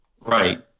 Right